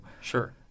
Sure